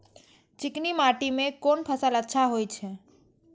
चिकनी माटी में कोन फसल अच्छा होय छे?